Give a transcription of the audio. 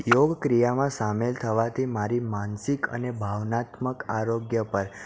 યોગ ક્રિયામાં સામેલ થવાથી મારી માનસિક અને ભાવનાત્મક આરોગ્ય પર